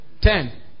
Ten